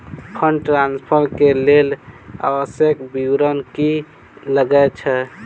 Fund transfer केँ लेल आवश्यक विवरण की की लागै छै?